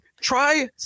Try